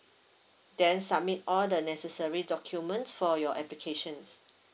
then submit all the necessary document for your applications